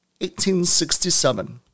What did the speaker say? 1867